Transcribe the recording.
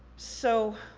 so,